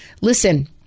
listen